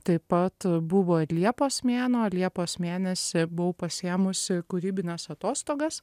taip pat buvo liepos mėnuo liepos mėnesį buvau pasiėmusi kūrybines atostogas